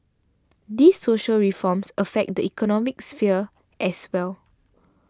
these social reforms affect the economic sphere as well